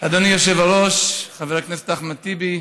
אדוני היושב-ראש, חבר הכנסת אחמד טיבי,